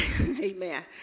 Amen